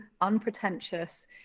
unpretentious